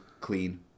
clean